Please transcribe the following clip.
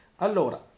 Allora